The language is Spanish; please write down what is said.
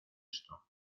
esto